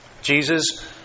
Jesus